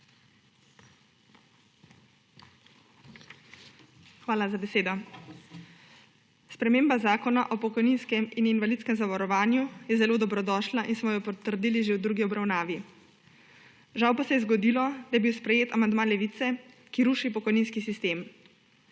Hvala za besedo. Sprememba zakona o pokojninskem in invalidskem zavarovanju je zelo dobrodošla in smo jo potrdili že v drugi obravnavi. Žal pa se je zgodilo, da je bil sprejet amandma Levice, ki ruši pokojninski sistem.